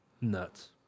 Nuts